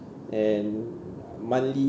and monthly